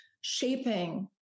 shaping